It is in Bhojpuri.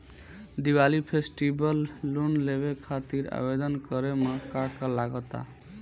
दिवाली फेस्टिवल लोन लेवे खातिर आवेदन करे म का का लगा तऽ?